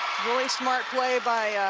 really smart play by